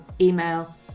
email